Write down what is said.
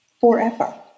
forever